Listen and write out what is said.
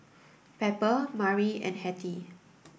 Pepper Mari and Hettie